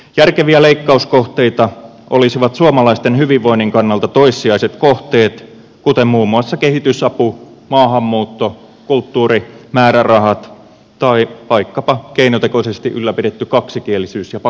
järkeviä leikkauskohteita olisivat suomalaisten hyvinvoinnin kannalta toissijaiset kohteet kuten muun muassa kehitysapu maahanmuutto kulttuurimäärärahat tai vaikkapa keinotekoisesti ylläpidetty kaksikielisyys ja pakkoruotsi